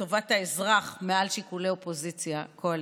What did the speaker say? את טובת האזרח מעל שיקולי אופוזיציה קואליציה.